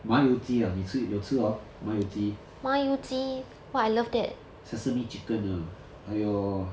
麻油鸡啊你吃你有吃 hor 麻油鸡 sesame chicken 啊还有